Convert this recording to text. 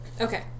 Okay